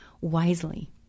wisely